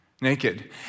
naked